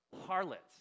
harlots